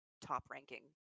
top-ranking